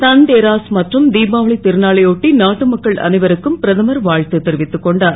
தன்தேராஸ் மற்றும் திபாவளி ருநாளை ஒட்டி நாட்டு மக்கள் அனைவருக்கும் பிரதமர் வா த்து தெரிவித்துக் கொண்டார்